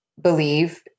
believe